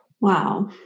Wow